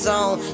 Zone